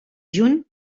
juny